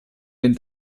den